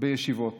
בישיבות